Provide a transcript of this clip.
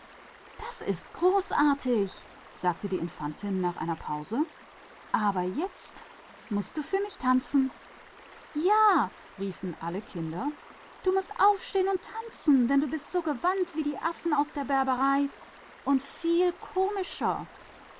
das ist großartig sagte die infantin nach einer pause aber jetzt sollst du für mich tanzen ja riefen die kinder du mußt aufstehen und tanzen denn du bist ebenso klug wie die berberaffen und viel